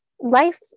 Life